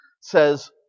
says